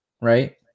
right